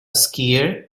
skier